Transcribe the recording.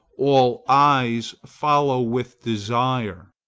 all eyes follow with desire.